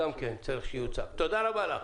תודה רבה לך.